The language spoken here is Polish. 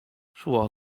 szło